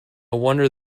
wonder